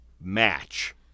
match